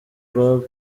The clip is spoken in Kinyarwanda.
rwo